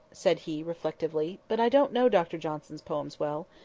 said he reflectively. but i don't know dr johnson's poems well.